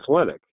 athletic